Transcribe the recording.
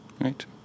Right